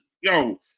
yo